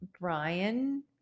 Brian